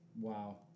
Wow